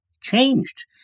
changed